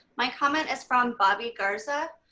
my comment is from bobbie garza.